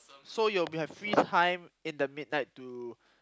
so you will be have free time in the midnight to